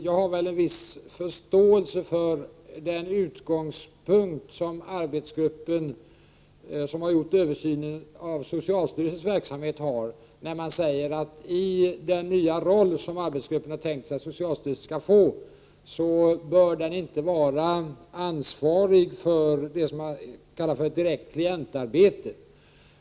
Jag har väl en viss förståelse för den utgångspunkt som den arbetsgrupp har som har gjort översynen av socialstyrelsens verksamhet då gruppen säger att —i den nya roll som arbetsgruppen har tänkt sig att socialstyrelsen skall få — socialstyrelsen inte bör vara ansvarig för det som kallas direkt klientarbete.